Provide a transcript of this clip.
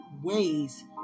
ways